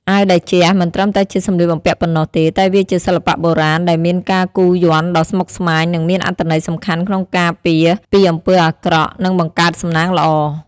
អាវតេជៈមិនត្រឹមតែជាសម្លៀកបំពាក់ប៉ុណ្ណោះទេ តែវាជាសិល្បៈបុរាណដែលមានការគូរយ័ន្តដ៏ស្មុគស្មាញ និងមានអត្ថន័យសំខាន់ក្នុងការពារពីអំពើអាក្រក់ និងបង្កើតសំណាងល្អ។